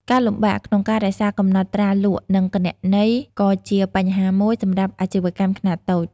ការលំបាកក្នុងការរក្សាកំណត់ត្រាលក់ និងគណនេយ្យក៏ជាបញ្ហាមួយសម្រាប់អាជីវកម្មខ្នាតតូច។